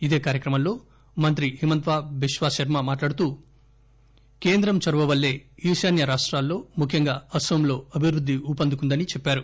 ఇదే కార్యక్రమంలో మంత్రి హిమంతా బిశ్వ శర్మ మాట్లాడుతూ కేంద్రం చొరవ వల్లే ఈశాన్య రాష్టాల్లో ముఖ్యంగా అన్సోంలో అభివృద్ధి ఉపందుకుందని చెప్పారు